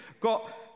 got